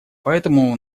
поэтому